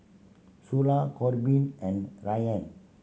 Sula Korbin and Ryann